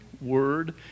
word